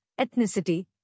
ethnicity